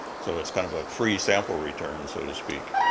so it's kind of a free sample return, so to speak.